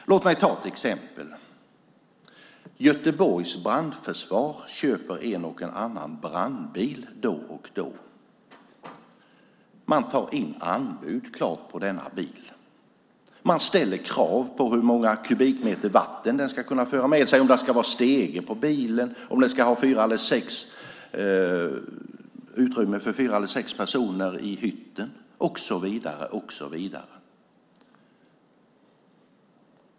Låt mig ta ett exempel. Göteborgs brandförsvar köper en och annan brandbil då och då. Man tar in anbud på denna bil. Man ställer krav på hur många kubikmeter vatten den ska kunna föra med sig, om det ska vara stege på bilen, om det ska finnas utrymme för fyra eller sex personer i hytten och så vidare.